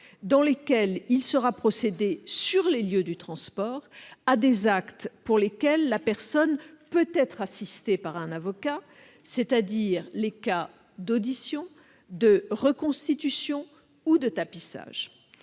dans lesquels il sera procédé sur les lieux du transport à des actes pour lesquels la personne peut être assistée par un avocat, c'est-à-dire les cas d'audition, de reconstitution ou de tapissage.